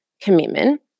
commitment